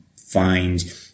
find